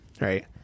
right